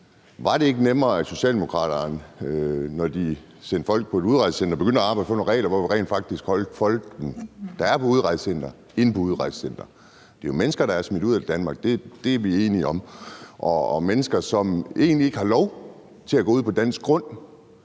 Var det ikke nemmere, at Socialdemokraterne, når de sendte folk på et udrejsecenter, begyndte at arbejde på at få nogle regler, hvor man rent faktisk holdt de folk, der er på udrejsecenteret, inde på udrejsecenteret? Det er jo mennesker, der er smidt ud af Danmark – det er vi enige om – og mennesker, som egentlig ikke har lov til at gå ud på dansk grund.